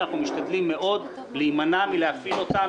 שאנחנו משתדלים מאוד להימנע מלהפעיל אותם